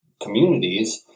communities